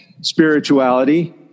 spirituality